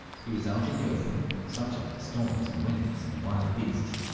he was out in the open, subject to storms and winds and wild beasts.